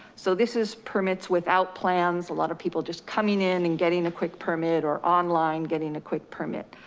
so this is permits without plans. a lot of people just coming in and getting a quick permit or online, getting a quick permit.